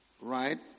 Right